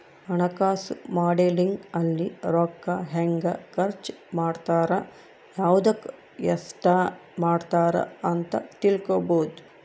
ಹಣಕಾಸು ಮಾಡೆಲಿಂಗ್ ಅಲ್ಲಿ ರೂಕ್ಕ ಹೆಂಗ ಖರ್ಚ ಮಾಡ್ತಾರ ಯವ್ದುಕ್ ಎಸ್ಟ ಮಾಡ್ತಾರ ಅಂತ ತಿಳ್ಕೊಬೊದು